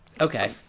Okay